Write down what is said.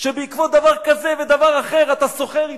שבעקבות דבר כזה ודבר אחר אתה סוחר בו.